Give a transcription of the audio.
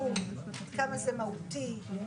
צריכים להצביע בעד ההסתייגות